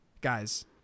guys